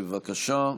בבקשה.